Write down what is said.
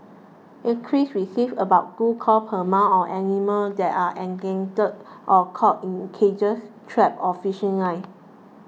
acres receives about two calls per month on animals there are entangled or caught in cages traps or fishing lines